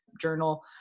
Journal